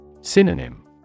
Synonym